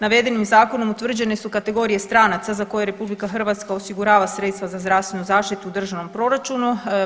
Navedenim zakonom utvrđene su kategorije stranaca za koje RH osigurava sredstva za zdravstvenu zaštitu u državnom proračunu.